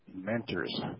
mentors